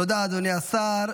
תודה, אדוני השר.